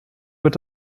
wird